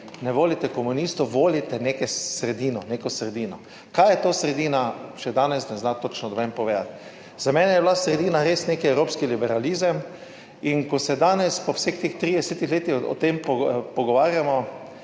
ne volite komunistov, volite neko sredino, neko sredino. Kaj je to sredina, še danes ne zna točno noben povedati. Za mene je bila sredina res neki evropski liberalizem in ko se danes po vseh teh 30 letih o tem pogovarjamo,